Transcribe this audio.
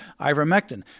ivermectin